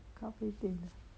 咖啡店